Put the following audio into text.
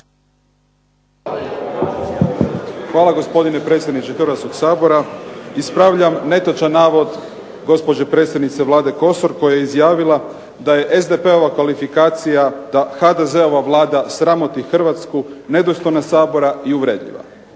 Hvala gospodine predsjedniče SAbora. Ispravljam netočan navod gospođe predsjednice Vlade Kosor koja je izjavila da je SDP-ova kvalifikacija da HDZ-ova vlada sramoti Hrvatsku nedostojna SAbora i uvredljiva.